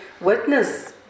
witness